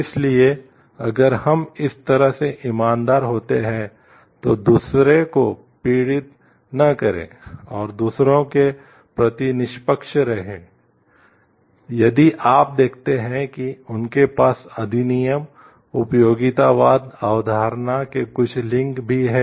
इसलिए अगर हम इस तरह से ईमानदार होते हैं तो दूसरों को पीड़ित न करें और दूसरों के प्रति निष्पक्ष रहें यदि आप देखते हैं कि उनके पास अधिनियम उपयोगितावाद अवधारणा के कुछ लिंक भी हैं